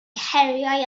heriau